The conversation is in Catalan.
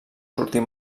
sortir